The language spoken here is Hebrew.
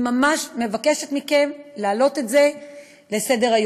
אני ממש מבקשת מכם להעלות את זה לסדר-היום.